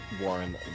Warren